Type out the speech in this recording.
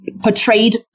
portrayed